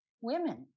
women